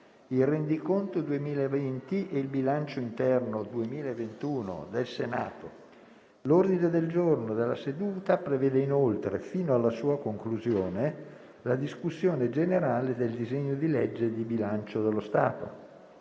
il rendiconto 2020 e il bilancio interno 2021 del Senato. L'ordine del giorno della seduta prevede inoltre, fino alla sua conclusione, la discussione generale del disegno di legge di bilancio dello Stato.